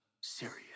serious